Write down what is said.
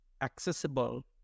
accessible